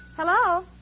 Hello